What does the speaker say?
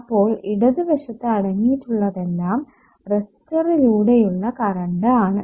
അപ്പോൾ ഇടതുവശത്ത് അടങ്ങിയിട്ടുള്ളതെല്ലാം റെസിസ്റ്ററിലൂടെയുള്ള കറണ്ട് ആണ്